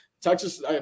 Texas